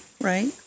right